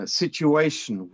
situation